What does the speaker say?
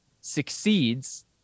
succeeds